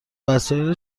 وسایل